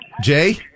Jay